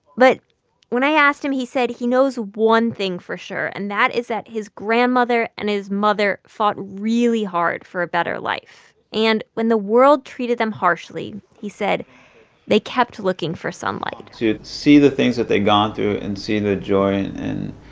but when i asked him, he said he knows one thing for sure, and that is that his grandmother and his mother fought really hard for a better life. and when the world treated them harshly, he said they kept looking for sunlight to see the things that they'd gone through and see the joy and